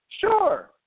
Sure